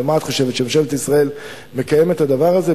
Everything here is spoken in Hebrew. מה את חושבת, שממשלת ישראל מקיימת את הדבר הזה?